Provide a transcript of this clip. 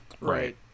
Right